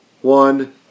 One